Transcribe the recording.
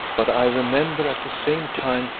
but i remember at the same time,